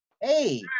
Hey